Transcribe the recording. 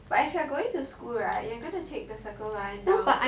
but if you are going to school right you are going to take the circle line down